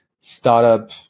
startup